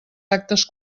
actes